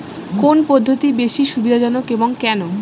কোন পদ্ধতি বেশি সুবিধাজনক এবং কেন?